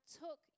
took